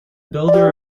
builder